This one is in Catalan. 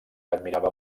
admirava